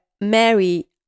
Mary